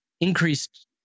increased